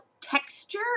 texture